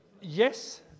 yes